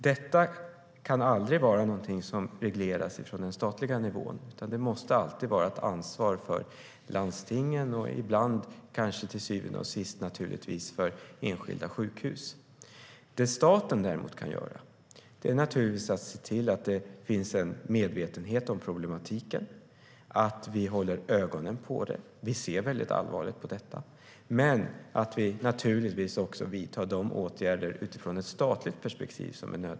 Detta kan aldrig vara någonting som regleras på statlig nivå, utan det måste alltid vara ett ansvar för landstingen och till syvende och sist för enskilda sjukhus. Något staten däremot kan göra är självklart att se till att det finns en medvetenhet om problematiken och att vi håller ögonen på den. Vi ser väldigt allvarligt på detta. Men naturligtvis ska vi också vidta de åtgärder som är nödvändiga utifrån ett statligt perspektiv.